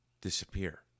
disappear